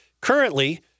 currently